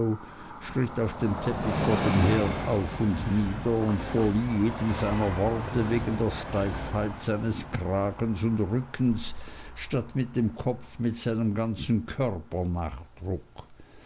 schritt auf dem teppich vor dem herd auf und nieder und verlieh jedem seiner worte wegen der steifheit seines kragens und rückens statt mit dem kopf mit seinem ganzen körper